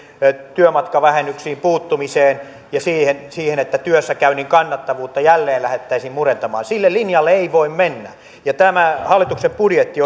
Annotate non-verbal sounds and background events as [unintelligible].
työmatkavähennyksiin puuttumiseen ja siihen siihen että työssäkäynnin kannattavuutta jälleen lähdettäisiin murentamaan sille linjalle ei voi mennä ja tämä hallituksen budjetti [unintelligible]